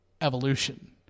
Evolution